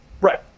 Right